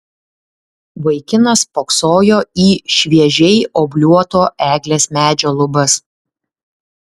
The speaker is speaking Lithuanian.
vaikinas spoksojo į šviežiai obliuoto eglės medžio lubas